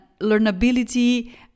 learnability